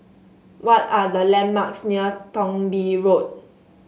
what are the landmarks near Thong Bee Road